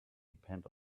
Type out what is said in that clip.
depend